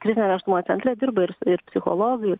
krizinio nėštumo centre dirba ir ir psichologai